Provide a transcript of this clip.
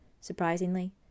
Surprisingly